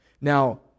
Now